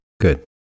Good